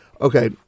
okay